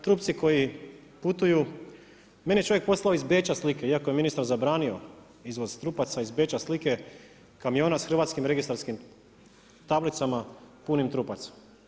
Trupci koji putuju, meni je čovjek iz Beča slike, iako je ministar zabranio, izvoz trupaca iz Beča slike, kamion s hrvatskim registarskim tablicama punim trupaca.